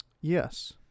Yes